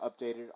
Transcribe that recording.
updated